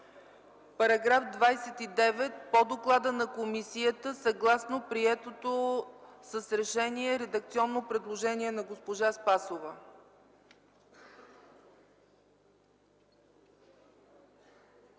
§ 29 по доклада на комисията, съгласно приетото с решение редакционно предложение на госпожа Спасова.